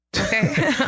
Okay